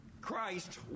Christ